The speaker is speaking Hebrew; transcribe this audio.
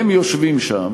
הם יושבים שם